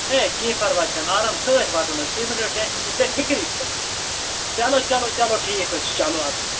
A کیٚنٛہہ پَرواے چھِنہٕ آرام سۭتۍ واتَن حظ تُہۍ مہٕ رٔٹِو ٹٮ۪نشَن کیٚنٛہہ بے فِکری چھَنہٕ چلو چلو چلو ٹھیٖک حظ چھِ چلو اَدٕ سا